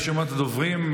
רשימת הדוברים.